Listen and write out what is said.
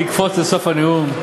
אני אקפוץ לסוף הנאום.